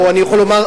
או אני יכול לומר,